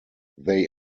they